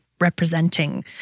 representing